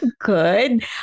good